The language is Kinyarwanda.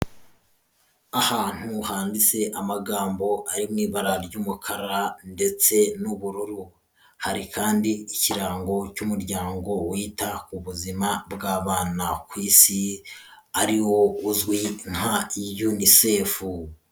Ahantu handitse amagambo ari mu ibara ry'umukara ndetse n'ubururu. Hari kandi ikirango cy'umuryango wita ku buzima bw'abana ku isi, ariwo uzwi nka yunisefu.